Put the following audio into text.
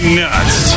nuts